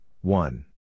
one